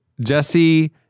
Jesse